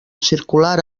circular